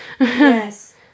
Yes